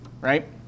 right